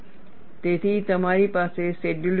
તેથી તમારી પાસે શેડ્યૂલ વિકસિત છે